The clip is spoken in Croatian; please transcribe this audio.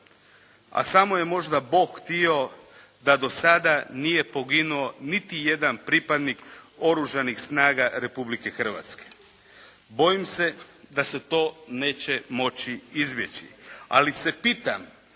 a samo je možda Bog htio da do sada nije poginuo niti jedan pripadnik Oružanih snaga Republike Hrvatske. Bojim se da se to neće moći izbjeći. Ali se pitam